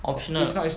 optional